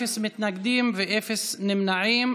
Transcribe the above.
אפס מתנגדים ואפס נמנעים.